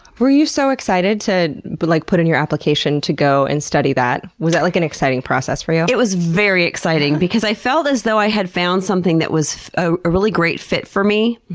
were you so excited to but like put in your application to go and study that? was that like an exciting process for you? it was very exciting because i felt as though i had found something that was a really great fit for me.